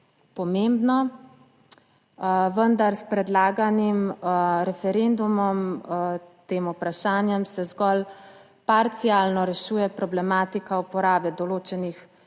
pomembno, vendar s predlaganim referendumom tem vprašanjem se zgolj parcialno rešuje problematika uporabe določenih